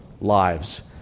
lives